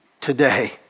today